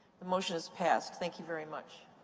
the motion is passed. thank you very much.